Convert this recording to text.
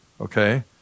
okay